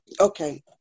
okay